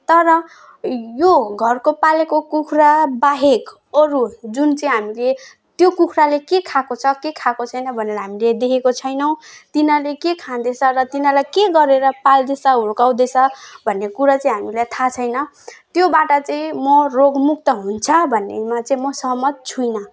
तर यो घरको पालेको कुखुरा बाहेक अरू जुन चाहिँ हामीले त्यो कुखराले के खाएको छ के खाएको छैन भनेर हामीले देखेको छैनौँ तिनीहरूले के खाँदैछ र तिनीहरूलाई के गरेर पाल्दैछ हुर्काउँदैछ भन्ने कुरा चाहिँ हामीलाई थाह छैन त्योबाट चाहिँ म रोगमुक्त हुन्छ भन्नेमा चाहिँ सहमत छुइनँ